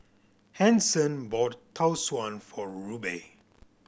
Hanson bought Tau Suan for Rubye